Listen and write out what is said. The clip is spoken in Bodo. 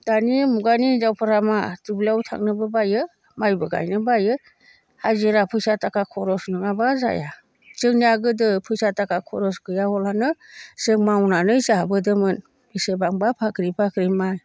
दानि मुगानि हिनजावफोरा मा दुब्लियाव थांनोबो बायो माइबो गायनो बायो हाजिरा फैसा थाखा खरस नङाबा जाया जोंनिया गोदो फैसा थाखा खरस गैयाहलानो जों मावनानै जाबोदोंमोन बेसेबांबा बाख्रि बाख्रि माइ